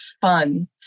fun